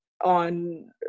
on